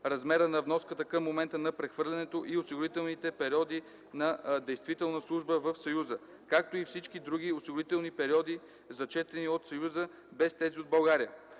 размера на вноската към момента на прехвърлянето и осигурителните периоди на действителна служба в Съюза, както и всички други осигурителни периоди, зачетени от Съюза, без тези от България;